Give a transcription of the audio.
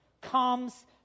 comes